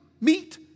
meet